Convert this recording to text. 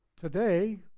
Today